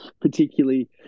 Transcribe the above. particularly